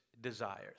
desires